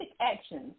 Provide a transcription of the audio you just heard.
actions